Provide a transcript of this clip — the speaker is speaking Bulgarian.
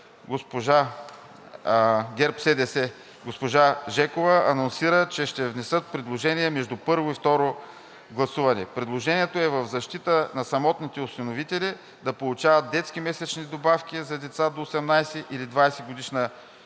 госпожа Жекова анонсира, че ще внесат предложение между първо и второ четене. Предложението е в защита на самотните осиновители – да получават детски месечни добавки за деца до 18 години или